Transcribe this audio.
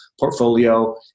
portfolio